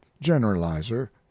generalizer